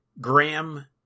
Graham